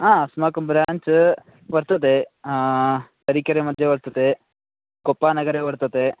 हा अस्माकं ब्र्याञ्च् वर्तते तरिकेरेमध्ये वर्तते कोप्पानगरे वर्तते